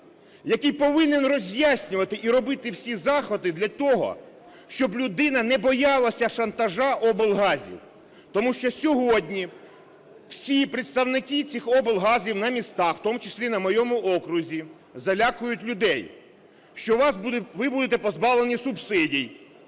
який повинен роз'яснювати і робити всі заходи для того, щоб людина не боялася шантажу облгазів? Тому що сьогодні всі представники цих облгазів на місцях, в тому числі на моєму окрузі, залякують людей, що ви будете позбавлені субсидій,